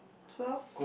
twelve